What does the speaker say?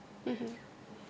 (uh huh)